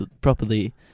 properly